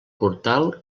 portal